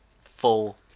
full